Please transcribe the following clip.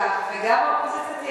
גם האופוזיציה,